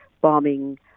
bombing